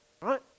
right